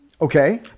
Okay